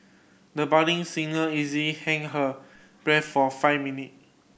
the budding singer easily held her breath for five minute